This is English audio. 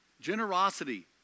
Generosity